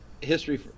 history